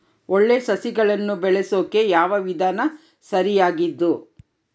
ಒಳ್ಳೆ ಸಸಿಗಳನ್ನು ಬೆಳೆಸೊಕೆ ಯಾವ ವಿಧಾನ ಸರಿಯಾಗಿದ್ದು?